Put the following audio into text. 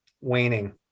waning